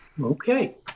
Okay